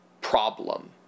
problem